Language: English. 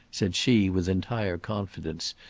said she with entire confidence,